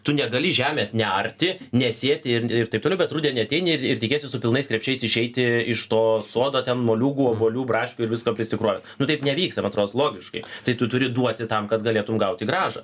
tu negali žemės nearti nesėti ir ir taip toliau bet rudenį ateini ir ir tikiesi su pilnais krepšiais išeiti iš to sodo ten moliūgų obuolių braškių ir visko prisikrovęs nu taip nevyksta man atrodos logiškai tai tu turi duoti tam kad galėtum gauti grąžą